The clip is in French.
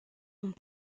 font